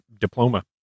diploma